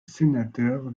sénateur